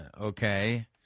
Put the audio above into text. okay